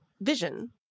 vision